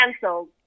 cancelled